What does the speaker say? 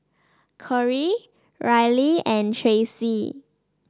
Corry Reilly and Tracie